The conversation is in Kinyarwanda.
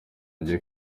njye